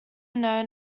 known